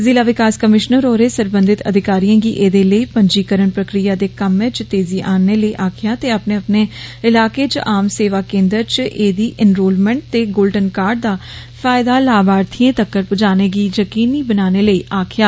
जिला विकास कमीश्नर होरें सरबंधित अधिकारिएं ी एहदे लेई जीकरण प्रक्रिया दे कम्मै इच तेजी आनने लेई आक्खेया ते अ ने अ ने इलार्के इच आम सेवा केन्द्रे इच एहदी इंरोलमैंट ते ोल्डन कार्ड दा फायदा लाभर्थिएं तक्कर ंजाने ी यकीनी बनाने लेई आक्खेया